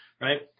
right